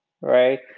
right